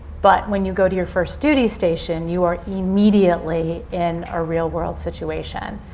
but when you go to your first duty station, you're immediately in a real world situation.